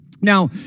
Now